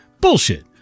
Bullshit